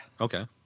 Okay